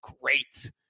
great